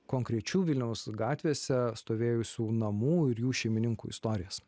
konkrečių vilniaus gatvėse stovėjusių namų ir jų šeimininkų istorijas